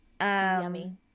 Yummy